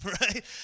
right